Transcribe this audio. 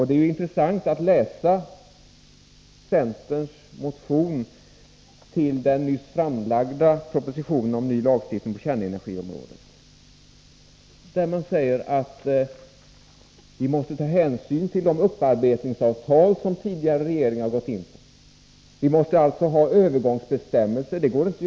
Det är intressant att läsa centerns motion till den nyss framlagda propositionen om ny lagstiftning på kärnenergiområdet. Där säger man att vi måste ta hänsyn till de upparbetningsavtal som tidigare regeringar gått in på. Vi måste alltså ha övergångsbestämmelser.